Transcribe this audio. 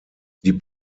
die